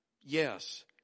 Yes